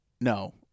no